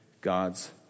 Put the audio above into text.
God's